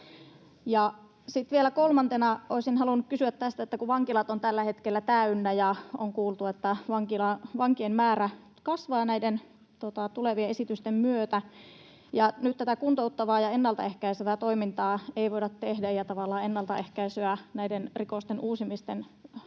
kolmantena olisin halunnut kysyä tästä, kun vankilat ovat tällä hetkellä täynnä ja on kuultu, että vankien määrä kasvaa näiden tulevien esitysten myötä. Nyt kun tätä kuntouttavaa ja ennaltaehkäisevää toimintaa ei voida tehdä ja tavallaan ennaltaehkäisyä näiden rikosten uusimisten